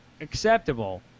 acceptable